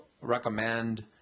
recommend